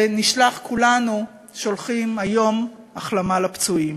ונשלח, כולנו שולחים היום איחולי החלמה לפצועים.